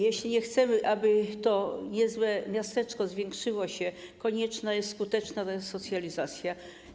Jeśli nie chcemy, aby to niezłe miasteczko się zwiększyło, konieczna jest skuteczna resocjalizacja.